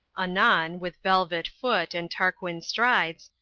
anon, with velvet foot and tarquin strides,